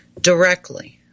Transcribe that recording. directly